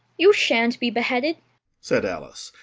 you shan't be beheaded said alice,